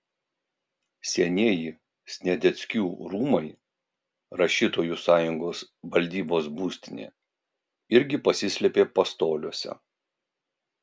senieji sniadeckių rūmai rašytojų sąjungos valdybos būstinė irgi pasislėpė pastoliuose